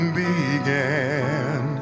began